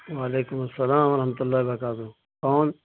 وعلیکم السلام و رحمتہ اللہ وکاتہ کون